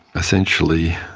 essentially,